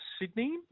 Sydney